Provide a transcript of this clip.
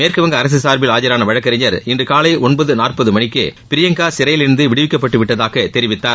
மேற்குவங்க அரசு சார்பில் ஆஜரான வழக்கறிஞர் இன்று காலை ஒன்பது நாற்பது மணிக்கு பிரியங்கா சிறையிலிருந்து விடுவிக்கப்பட்டு விட்டதாக தெரிவித்தார்